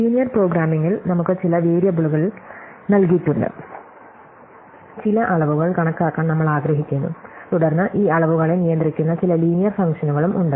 linear പ്രോഗ്രാമിംഗിൽ നമുക്ക് ചില വേരിയബിളുകൾ നൽകിയിട്ടുണ്ട് ചില അളവുകൾ കണക്കാക്കാൻ നമ്മൾ ആഗ്രഹിക്കുന്നു തുടർന്ന് ഈ അളവുകളെ നിയന്ത്രിക്കുന്ന ചില ലീനിയർ ഫംഗ്ഷനുകളും ഉണ്ട്